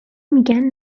میگن